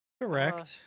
correct